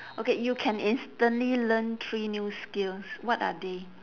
okay you can instantly learn three new skills what are they